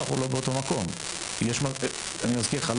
אני רוצה להציע אולי